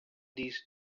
these